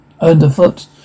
underfoot